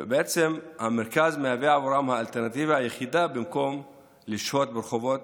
שהמרכז הוא עבורם האלטרנטיבה היחידה במקום לשהות ברחובות,